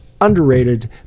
underrated